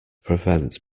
prevent